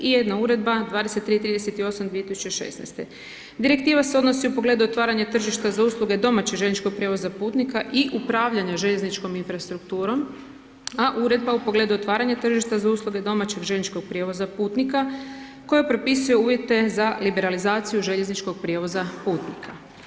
Direktiva se odnosi u pogledu otvaranja tržišta za usluge domaćeg željezničkog prijevoza putnika i upravljanja željezničkom infrastrukturom, a Uredba u pogledu otvaranja tržišta za usluge domaćeg željezničkog prijevoza putnika koja propisuje uvjete za liberalizaciju željezničkog prijevoza putnika.